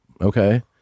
okay